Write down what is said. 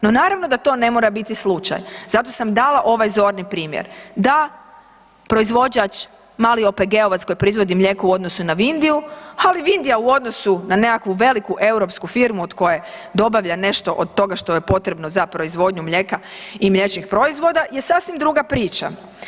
No, naravno da to ne mora biti slučaj zato sam dala ovaj zorni primjer da proizvođač, mali OPG-ovac koji proizvodi mlijeko u odnosu na Vindiju, ali Vindija u odnosu na nekakvu veliku europsku firmu od koje dobavlja nešto od toga što je potrebno za proizvodnju mlijeka i mliječnih proizvoda je sasvim druga priča.